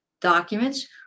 documents